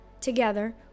Together